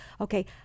Okay